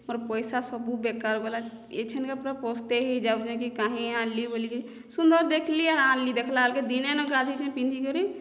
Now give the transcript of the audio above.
ମୋର ପଇସା ସବୁ ବେକାର ଗଲା ଏଛନକେ ପୁରା ପସ୍ତାଇ ହୋଇ ଯାଉଛେକି କାହିଁ ଆଣିଲି ବୋଲିକି ସୁନ୍ଦର ଦେଖିଲି ଆଣିଲି ଦେଖିଲା ବେଲକେ ଦିନେ ନ ଗାଧୋଇଛେ ପିନ୍ଧିକରି